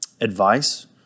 advice